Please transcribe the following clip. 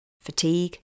fatigue